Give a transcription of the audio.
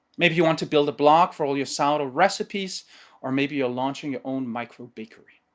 maybe you want to build a blog for all your sourdough recipes or maybe you're launching your own micro bakery.